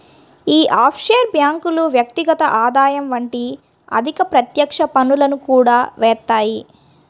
యీ ఆఫ్షోర్ బ్యేంకులు వ్యక్తిగత ఆదాయం వంటి అధిక ప్రత్యక్ష పన్నులను కూడా యేత్తాయి